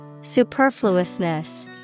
Superfluousness